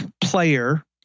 player